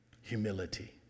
Humility